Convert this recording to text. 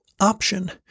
option